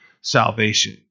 salvation